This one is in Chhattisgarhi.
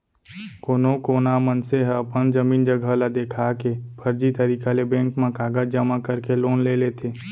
कोनो कोना मनसे ह अपन जमीन जघा ल देखा के फरजी तरीका ले बेंक म कागज जमा करके लोन ले लेथे